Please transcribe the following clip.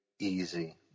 easy